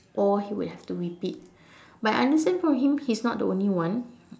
or he would have to repeat but I understand for him he's not the only one